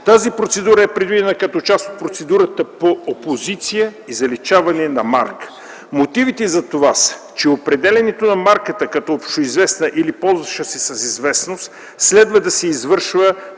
Тази процедура е предвидена като част от процедурата по опозиция и заличаване на марка. Мотивите за това са, че определянето на марката като общоизвестна или ползваща се с известност следва да се извършва